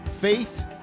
faith